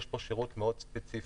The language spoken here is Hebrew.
יש כאן שירות מאוד ספציפי.